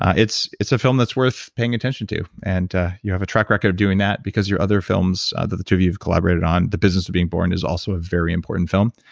ah it's it's a film that's worth paying attention to, and you have a track record of doing that because your other films that the two of you have collaborated on, the business of being born, is also a very important film.